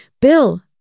Bill